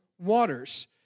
waters